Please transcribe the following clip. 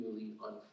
unfold